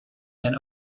than